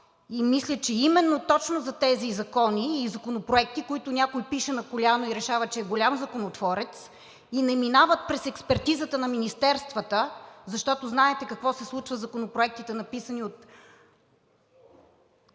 Мисля, че именно за тези закони и законопроекти, които някой пише на коляно и решава, че е голям законотворец и не минават през експертизата на министерствата, защото знаете какво се случва със законопроектите, написани от